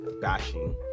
bashing